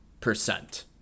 percent